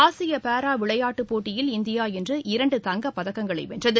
Asia para விளையாட்டுப் போட்டியில் India இன்று இரண்டு தங்கப்பதக்கங்களை வென்றது